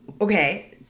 okay